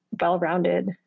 well-rounded